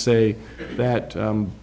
say that